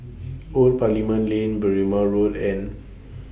Old Parliament Lane Berrima Road and